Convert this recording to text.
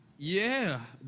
yeah!